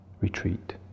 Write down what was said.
retreat